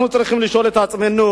אנחנו צריכים לשאול את עצמנו,